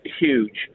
huge